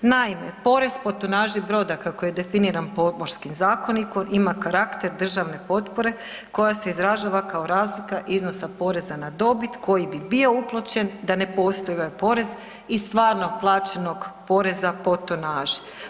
Naime, porez po tonaži broda kako je definiran Pomorskim zakonikom ima karakter državne potpore koja se izražava kao razlika iznosa poreza na dobit koji bi bio uplaćen da ne postoji ovaj porez iz stvarno plaćenog poreza po tonaži.